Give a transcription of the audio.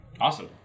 Awesome